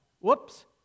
Whoops